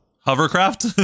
Hovercraft